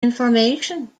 information